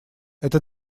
это